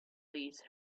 these